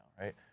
right